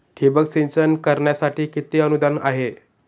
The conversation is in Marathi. ठिबक सिंचन करण्यासाठी किती अनुदान आहे?